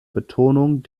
betonung